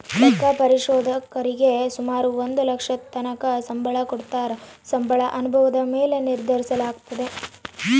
ಲೆಕ್ಕ ಪರಿಶೋಧಕರೀಗೆ ಸುಮಾರು ಒಂದು ಲಕ್ಷದತಕನ ಸಂಬಳ ಕೊಡತ್ತಾರ, ಸಂಬಳ ಅನುಭವುದ ಮ್ಯಾಲೆ ನಿರ್ಧರಿಸಲಾಗ್ತತೆ